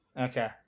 Okay